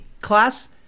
class